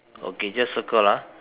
okay just circle ah